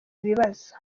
ibibazo